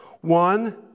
One